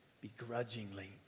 begrudgingly